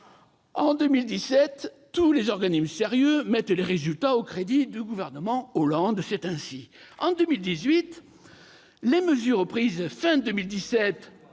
2017, tous les organismes sérieux mettent ces résultats au crédit du gouvernement Hollande : c'est ainsi ! En 2018, les mesures prises à la